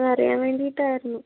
ഒന്നറിയാൻ വേണ്ടിയിട്ടായിരുന്നു